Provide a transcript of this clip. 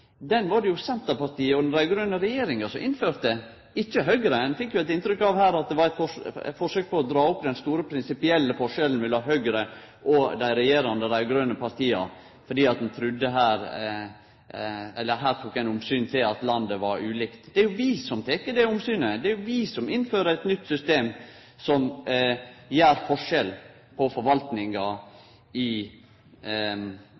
var det Senterpartiet og den raud-grøne regjeringa som innførte, ikkje Høgre. Ein fekk eit inntrykk her av at det var eit forsøk på å dra opp den store prinsipielle forskjellen mellom Høgre og dei regjerande raud-grøne partia fordi ein her tok omsyn til at landet var ulikt. Det er vi som tek det omsynet! Det er vi som innfører eit nytt system som gjer forskjell på forvaltninga